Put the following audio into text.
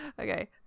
Okay